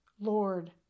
Lord